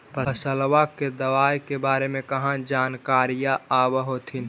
फसलबा के दबायें के बारे मे कहा जानकारीया आब होतीन?